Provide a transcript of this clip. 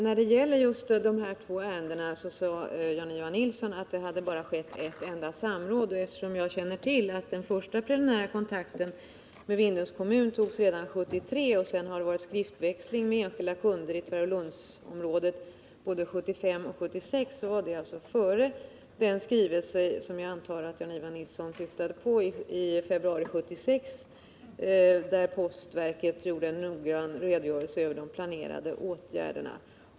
När det gäller de två aktuella ärendena sade Jan-Ivan Nilsson att det bara skett ett enda samråd. Men jag känner till att den första preliminära kontakten med Vindelns kommun togs redan 1973, och sedan har det varit skriftväxlingar med enskilda personer i Tvärålundsområdet både 1975 och 1976. Det var alltså före den skrivelse som jag antar att Jan-Ivan Nilsson syftade på i februari 1976, där postverket gjorde en noggrann redogörelse över de planerade åtgärderna.